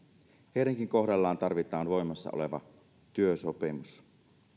heidänkin kohdallaan tarvitaan voimassa oleva työsopimus